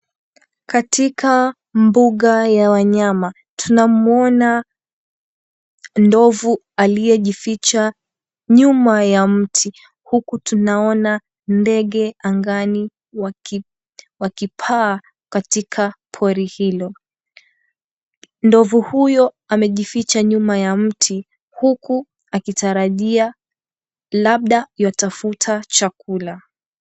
Katika mbuga ya wanyama. Tunamuona ndovu aliyejificha nyuma ya mti, huku tunaona ndege angani wakipaa katika pori hilo. Ndovu huyo amejificha nyuma ya mti huku akitarajia labda yuatafuta chakula.